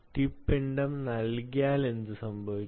tip പിണ്ഡം നൽകിയാൽ എന്ത് സംഭവിക്കും